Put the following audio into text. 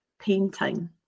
painting